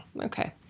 Okay